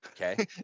Okay